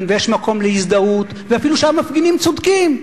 ויש מקום להזדהות ואפילו שהמפגינים צודקים.